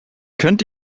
könnt